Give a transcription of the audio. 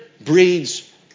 breeds